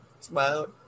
Smile